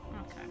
Okay